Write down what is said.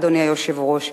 אדוני היושב-ראש,